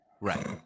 Right